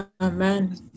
Amen